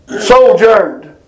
sojourned